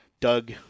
Doug